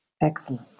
Excellent